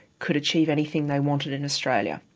could achieve anything they wanted in australia.